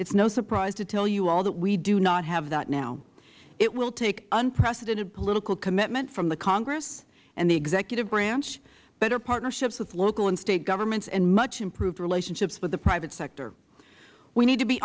is no surprise to tell you all that we do not have that now it will take unprecedented political commitment from the congress and the executive branch better partnerships with local and state governments and much improved relationships with the private sector we need to be